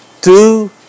two